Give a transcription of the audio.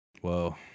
Whoa